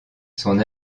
son